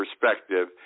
perspective